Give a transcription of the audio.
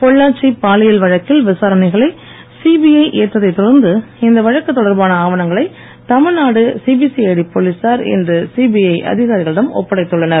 பொள்ளாச்சி பாலியல் வழக்கில் விசாரணைகளை சிபிஐ ஏற்றதைத் தொடர்ந்து இந்த வழக்கு தொடர்பான ஆவணங்களை தமிழ்நாடு சிபி சிஐடி போலீசார் இன்று சிபிஐ அதிகாரிகளிடம் ஒப்படைத்துள்ளனர்